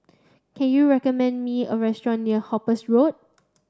can you recommend me a restaurant near Hooper's Road